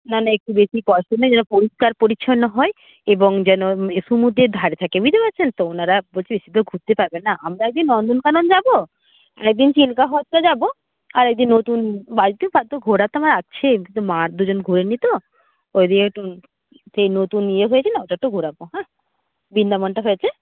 না না একটু বেশি পরিষ্কার পরিচ্ছন্ন হয় এবং যেন সমুদ্রের ধারে থাকে বুঝতে পারছেন তো ওনারা ঘুরতে পারবেন না আমরা এক দিন নন্দন কানন যাবো একদিন চিল্কা হ্রদটা যাবো আরেক দিন ঘোরা তো আমার আছেই কিন্তু মা আর দুজন ঘোরে নি তো সেই নতুন ইয়ে হয়েছে না ওটাতে ঘোরাবো হ্যাঁ বৃন্দাবনটা হয়েছে